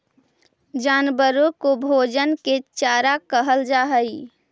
जानवरों के भोजन को चारा कहल जा हई